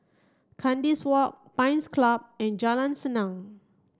Kandis Walk Pines Club and Jalan Senang